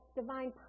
divine